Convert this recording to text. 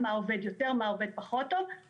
אני בקשר עם הרבה מאוד גופים עם משרד החינוך,